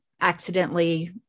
accidentally